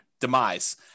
demise